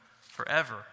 forever